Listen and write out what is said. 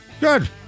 Good